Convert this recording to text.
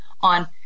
on